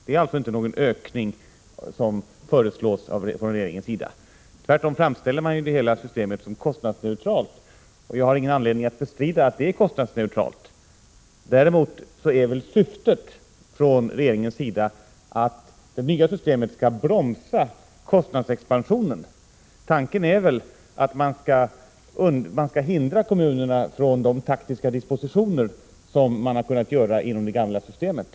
Det är alltså inte någon ökning som regeringen föreslår. Tvärtom framställer man hela systemet som kostnadsneutralt. Jag har ingen anledning att bestrida att det är kostnadsneutralt. Däremot är väl syftet från regeringens sida att det nya systemet skall bromsa kostnadsexpansionen. Tanken är väl att man skall hindra kommunerna från de taktiska dispositioner som de har kunnat göra inom det gamla systemet.